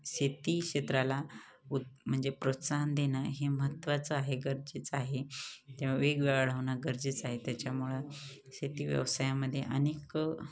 शेती क्षेत्राला उत् म्हणजे प्रोत्साहन देणं हे महत्त्वाचं आहे गरजेचं आहे तेव्हा वेग वाढवणं गरजेचं आहे त्याच्यामुळे शेती व्यवसायामध्ये अनेक